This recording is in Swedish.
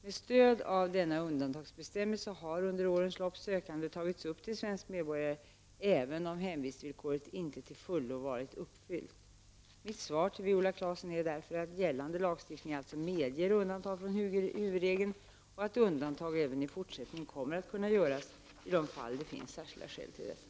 Med stöd av denna undantagsbestämmelse har under årens lopp sökande tagits upp till svenska medborgare även om hemvistvillkoret inte till fullo har varit uppfyllt. Mitt svar till Viola Claesson är därför att gällande lagstiftning alltså medger undantag från huvudregeln och att undantag även i fortsättningen kommer att kunna göras i de fall där det finns särskilda skäl till detta.